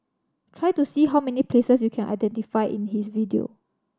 try to see how many places you can identify in his video